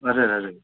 हजुर हजुर